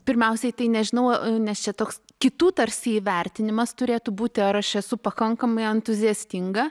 pirmiausiai tai nežinau nes čia toks kitų tarsi įvertinimas turėtų būti ar aš esu pakankamai entuziastinga